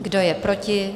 Kdo je proti?